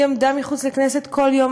היא עמדה מחוץ לכנסת כל יום.